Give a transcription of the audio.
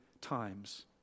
times